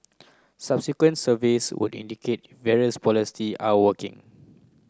subsequent surveys would indicate various policies are working